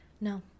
No